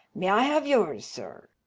may i have yours, sir?